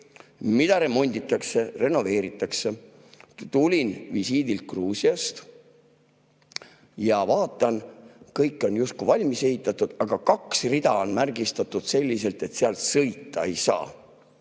mida remonditakse, renoveeritakse. Tulin visiidilt Gruusiast ja vaatan, et kõik on justkui valmis ehitatud, aga kaks rida on märgistatud selliselt, et seal sõita ei saa.